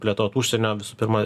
plėtot užsienio visų pirma